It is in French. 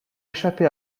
échappé